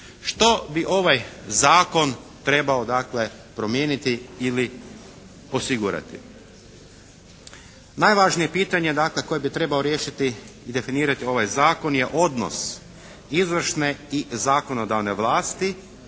Što bi ovaj zakon trebao dakle promijeniti ili osigurati. Najvažnije pitanje dakle koje bi trebao riješiti i definirati ovaj zakon je odnos izvršne i zakonodavne vlasti,